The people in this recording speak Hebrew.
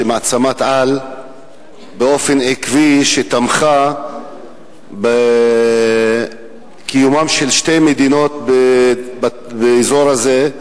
שמעצמת-על שתמכה באופן עקבי בקיומן של שתי מדינות באזור הזה,